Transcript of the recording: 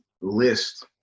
list